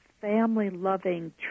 family-loving